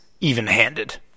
even-handed